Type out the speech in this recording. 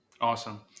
awesome